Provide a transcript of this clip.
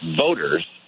voters